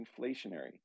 inflationary